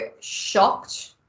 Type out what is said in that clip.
shocked